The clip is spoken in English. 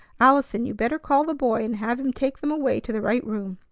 allison, you better call the boy and have him take them away to the right room.